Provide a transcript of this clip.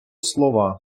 слова